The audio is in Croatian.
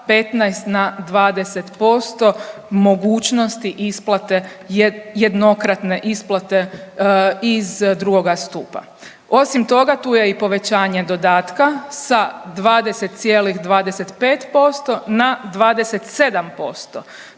15 na 20% mogućnosti isplate jednokratne isplate iz II. stupa. Osim toga tu je i povećanje dodatka sa 20,25% na 27%,